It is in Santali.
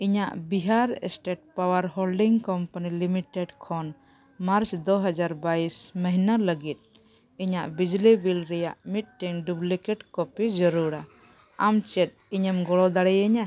ᱤᱧᱟᱹᱜ Bihar state power holding company limited ᱠᱷᱚᱱ ᱢᱟᱨᱪ ᱫᱩ ᱦᱟᱡᱟᱨ ᱵᱟᱹᱭᱤᱥ ᱢᱟᱹᱦᱱᱟᱹ ᱞᱟᱹᱜᱤᱫ ᱤᱧᱟᱹᱜ ᱵᱤᱡᱽᱞᱤ ᱨᱮᱭᱟᱜ ᱢᱤᱫᱴᱮᱱ ᱰᱩᱵᱽᱞᱤᱠᱮᱹᱴ ᱠᱚᱯᱤ ᱡᱟᱹᱨᱩᱲᱲᱟ ᱟᱢ ᱪᱮᱫ ᱤᱧᱮᱢ ᱜᱚᱲᱚ ᱫᱟᱲᱮᱭᱟᱹᱧᱟ